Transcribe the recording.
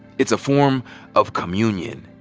it's a form of communion.